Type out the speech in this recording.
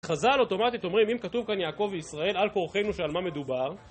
חז"ל אוטומטית אומרים, אם כתוב כאן יעקב וישראל, על כורחינו שעל מה מדובר?